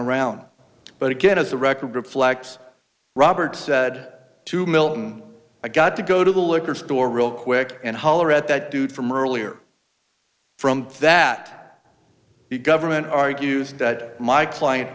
around but again as the record reflects robert said to milton i got to go to the liquor store real quick and holler at that dude from earlier from that the government argues that my client